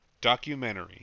documentary